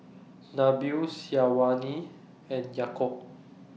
Nabil Syazwani and Yaakob